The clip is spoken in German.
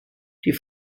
die